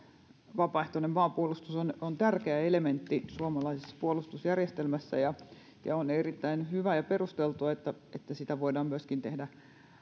vapaaehtoinen maanpuolustus on on tärkeä elementti suomalaisessa puolustusjärjestelmässä on erittäin hyvä ja perusteltua että sitä voidaan myöskin tehdä